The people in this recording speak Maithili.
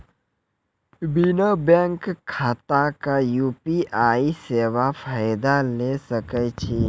बिना बैंक खाताक यु.पी.आई सेवाक फायदा ले सकै छी?